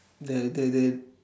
they they they